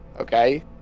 Okay